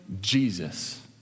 Jesus